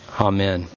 Amen